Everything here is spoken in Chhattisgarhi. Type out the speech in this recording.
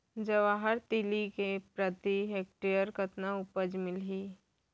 जवाहर तिलि के प्रति हेक्टेयर कतना उपज मिलथे?